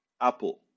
Apple